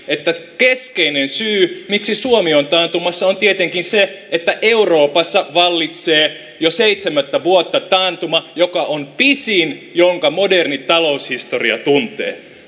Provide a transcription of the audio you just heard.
että keskeinen syy miksi suomi on taantumassa on tietenkin se että euroopassa vallitsee jo seitsemättä vuotta taantuma joka on pisin minkä moderni taloushistoria tuntee